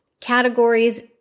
categories